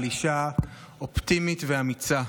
על אישה אופטימית ואמיצה,